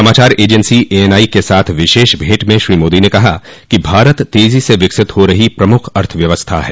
समाचार agency ANI के साथ विशेष भेंट में श्री मोदी ने कहा कि भारत तेजो से विकसित हो रही प्रमुख अर्थव्यवस्था है